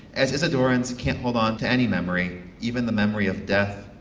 as isidorians can't hold on to any memory, even the memory of death,